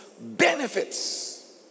benefits